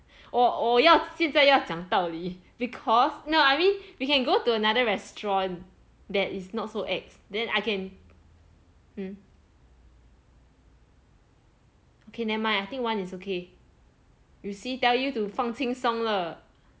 我我要现在要讲道理 because not I mean we can go to another restaurant that is not so ex then I can okay never mind I think one is okay you see tell you to 放轻松了